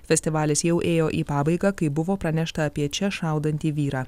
festivalis jau ėjo į pabaigą kai buvo pranešta apie čia šaudantį vyrą